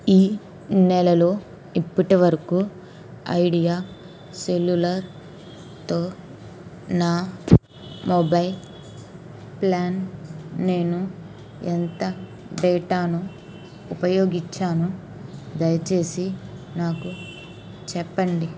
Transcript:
ఈ నెలలో ఇప్పటి వరకు ఐడియా సెల్యూలార్తో నా మొబైల్ ప్లాన్ నేను ఎంత డేటాను ఉపయోగించాను దయచేసి నాకు చెప్పండి